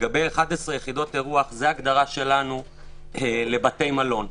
לגבי 11 יחידות אירוח זו הגדרתנו לבתי מלון.